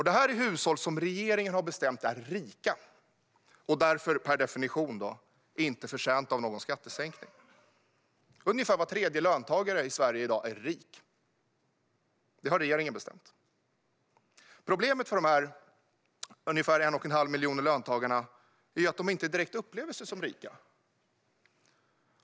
Det här avser hushåll som regeringen har bestämt är rika och som därför per definition inte är förtjänta av någon skattesänkning. Ungefär var tredje löntagare i Sverige i dag är rik. Det har regeringen bestämt. Problemet för dessa ungefär en och en halv miljon löntagare är att de inte direkt upplever sig som rika.